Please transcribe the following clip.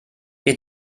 ihr